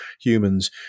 humans